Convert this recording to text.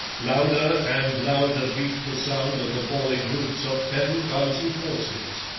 louder and louder beat the sound of the falling hoofs of ten thousand horses.